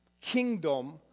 kingdom